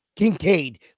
Kincaid